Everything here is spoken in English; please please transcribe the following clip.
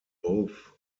both